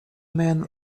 man